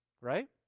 right